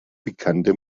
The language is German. bekannte